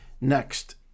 Next